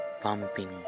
pumping